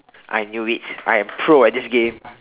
I knew it I am pro at this game